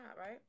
right